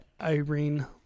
Irene